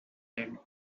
tend